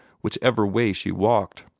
whichever way she walked.